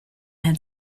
had